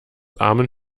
armen